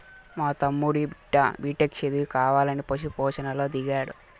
మా తమ్ముడి బిడ్డ బిటెక్ చదివి కావాలని పశు పోషణలో దిగాడు